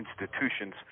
institutions